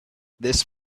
this